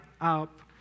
up